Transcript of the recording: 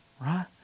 Right